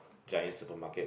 Giant supermarket